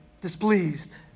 displeased